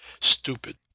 stupid